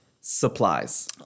supplies